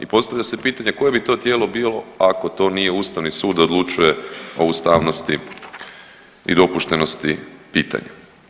I postavlja se pitanje koje bi to tijelo bilo ako to nije Ustavni sud da odlučuje o ustavnosti i dopuštenosti pitanja.